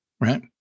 right